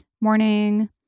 morning